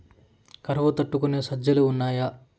కరువు తట్టుకునే సజ్జలు ఉన్నాయా